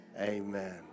Amen